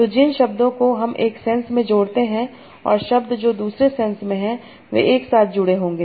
तो जिन शब्दों को हम एक सेंस से जोड़ते हैं और शब्द जो दूसरे सेंस में हैं वे एक साथ जुड़े होंगे